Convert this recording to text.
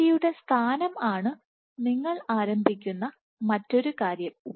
ഭിത്തിയുടെ സ്ഥാനം ആണ് നിങ്ങൾ ആരംഭിക്കുന്ന മറ്റൊരു കാര്യം